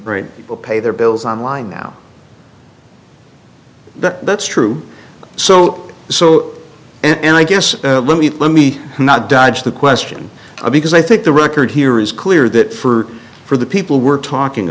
people pay their bills online now that that's true so so and i guess let me let me not dodge the question because i think the record here is clear that for for the people we're talking